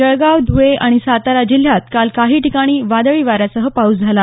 जळगाव धुळे आणि सातारा जिल्ह्यात काल काही ठिकाणी वादळी वाऱ्यासह पाउस झाला